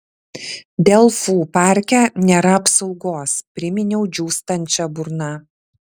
delfų parke nėra apsaugos priminiau džiūstančia burna